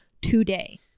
today